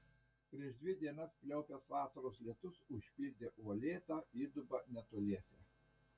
prieš dvi dienas pliaupęs vasaros lietus užpildė uolėtą įdubą netoliese